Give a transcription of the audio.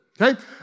okay